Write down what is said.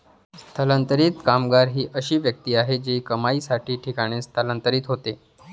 स्थलांतरित कामगार ही अशी व्यक्ती आहे जी कमाईसाठी ठिकाणी स्थलांतरित होते